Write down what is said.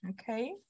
okay